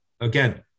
Again